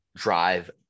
Drive